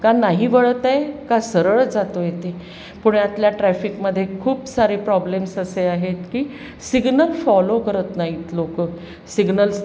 का नाही वळत आहे का सरळ जातो आहे ते पुण्यातल्या ट्रॅफिकमध्ये खूप सारे प्रॉब्लेम्स असे आहेत की सिग्नल फॉलो करत नाहीत लोकं सिग्नल्स